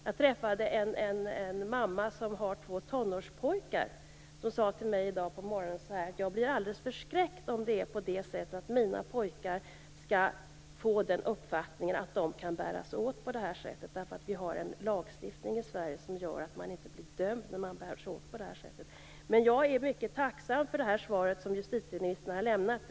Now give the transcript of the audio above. Jag träffade en mamma som har två tonårspojkar, och hon sade till mig i dag på morgonen: Jag blir alldeles förskräckt om mina pojkar skall få den uppfattningen att de kan bära sig åt på det här sättet därför att vi har en lagstiftning i Sverige som gör att man inte blir dömd för det. Jag är mycket tacksam för det svar som justitieministern har lämnat.